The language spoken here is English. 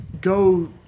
go